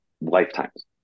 lifetimes